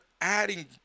adding